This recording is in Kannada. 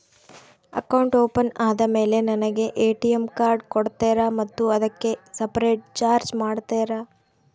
ಅಕೌಂಟ್ ಓಪನ್ ಆದಮೇಲೆ ನನಗೆ ಎ.ಟಿ.ಎಂ ಕಾರ್ಡ್ ಕೊಡ್ತೇರಾ ಮತ್ತು ಅದಕ್ಕೆ ಸಪರೇಟ್ ಚಾರ್ಜ್ ಮಾಡ್ತೇರಾ?